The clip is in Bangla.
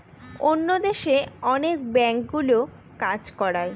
অন্য দেশে অনেক ব্যাঙ্কগুলো কাজ করায়